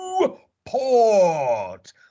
Newport